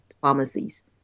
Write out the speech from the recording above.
pharmacies